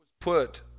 put